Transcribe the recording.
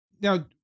Now